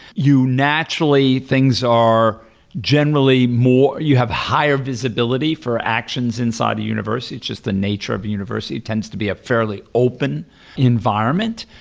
you naturally, things are generally more you have higher visibility for actions inside the university, just the nature of the university, it tends to be a fairly open environment.